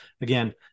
again